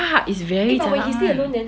ya is very jialat [one]